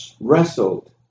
wrestled